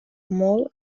molt